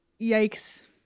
yikes